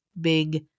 big